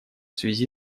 связи